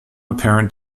apparent